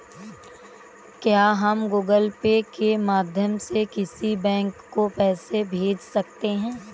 क्या हम Google Pay के माध्यम से किसी बैंक को पैसे भेज सकते हैं?